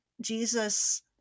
Jesus